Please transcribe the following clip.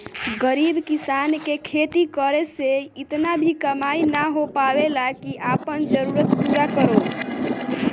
गरीब किसान के खेती करे से इतना भी कमाई ना हो पावेला की आपन जरूरत पूरा करो